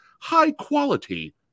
high-quality